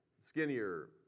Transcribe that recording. skinnier